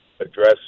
address